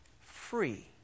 free